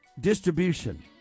distribution